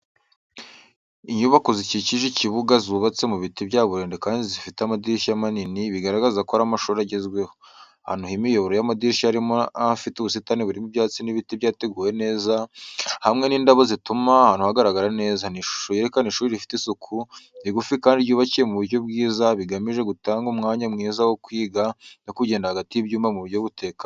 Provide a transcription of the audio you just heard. Inyubako zikikije ikibuga zubatse mu biti bya burende kandi zifite amadirishya manini, bigaragaza ko ari amashuri agezweho. Ahantu h’imiyoboro y’amadirishya harimo n’ahafite ubusitani burimo ibyatsi n’ibiti byateguwe neza, hamwe n’indabo zituma ahantu hagaragara neza. Ni ishusho yerekana ishuri rifite isuku, rigufi kandi ryubakiye mu buryo bwiza, bigamije gutanga umwanya mwiza wo kwiga no kugenda hagati y’ibyumba mu buryo butekanye.